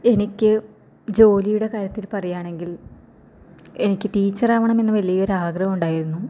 എനിക്ക് ജോലിയുടെ കാര്യത്തിൽ പറയുകയാണെങ്കിൽ എനിക്ക് ടീച്ചർ ആവണമെന്ന് വലിയ ഒരു ആഗ്രഹമുണ്ടായിരുന്നു